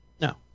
no